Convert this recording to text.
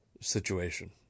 situation